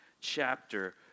chapter